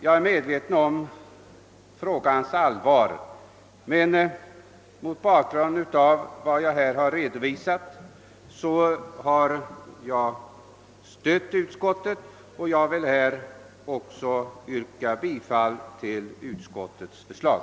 Jag är medveten om frågans allvar, men mot bakgrund av vad jag här redovisat har jag stött utskottet, och jag vill yrka bifall till utskottets förslag.